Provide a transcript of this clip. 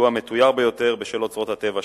שהוא המתויר ביותר בשל אוצרות הטבע שלו.